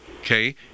Okay